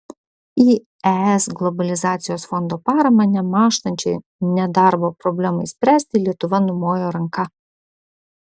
į es globalizacijos fondo paramą nemąžtančiai nedarbo problemai spręsti lietuva numojo ranka